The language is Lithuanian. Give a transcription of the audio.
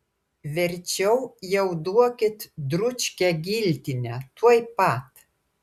verčiau jau duokit dručkę giltinę tuoj pat